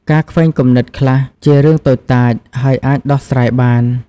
ការខ្វែងគំនិតខ្លះជារឿងតូចតាច ហើយអាចដោះស្រាយបាន។